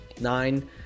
nine